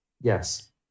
Yes